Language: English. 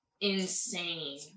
insane